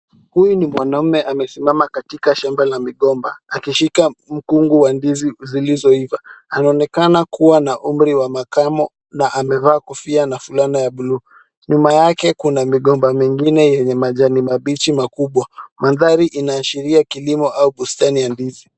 Huyu ni mwanaume amesimama katika shamba la migomba, akishika mkungu wa ndizi zilizoiva. Anaonekana kuwa na umri wa makamo na amevaa kofia na fulana ya buluu. Nyuma yake kuna migomba mingine yenye majani mabichi makubwa. Mandhari yanaashiria kilimo au bustani ya ndizi.